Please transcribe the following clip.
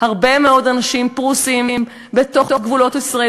הרבה מאוד אנשים פרוסים בתוך גבולות ישראל